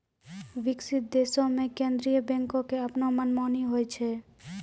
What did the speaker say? विकसित देशो मे केन्द्रीय बैंको के अपनो मनमानी होय छै